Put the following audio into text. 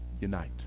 unite